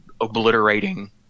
obliterating